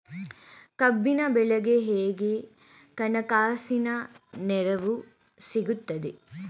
ಕಬ್ಬಿನ ಬೆಳೆಗೆ ಹೇಗೆ ಹಣಕಾಸಿನ ನೆರವು ಸಿಗುತ್ತದೆ?